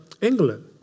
England